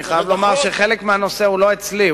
אני חייב לומר שחלק מהנושא הוא לא אצלי,